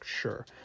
sure